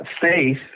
faith